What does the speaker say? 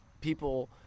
people